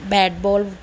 bat ball